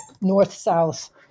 North-South